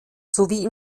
sowie